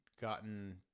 gotten